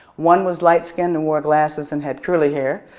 one was light skinned and wore glasses and had curly hair.